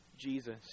Jesus